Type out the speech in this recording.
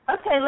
Okay